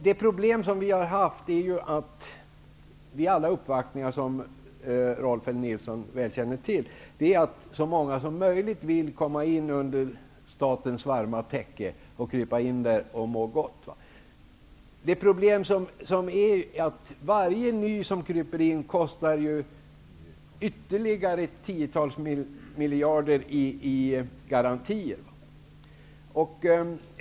Det problem utskottet har haft vid alla uppvaktningar, vilket Rolf L Nilson väl känner till, är att så många som möjligt vill komma under statens varma täcke och krypa in och må gott. Problemet är att varje nyanländ som kryper in kostar ytterligare tiotals miljarder i garantier.